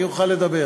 אני אוכל לדבר.